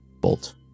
bolt